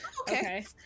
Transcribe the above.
Okay